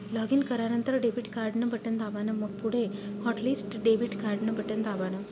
login करानंतर debit card न button दाबान, मंग पुढे हॉटलिस्ट डेबिट कार्डन बटन दाबान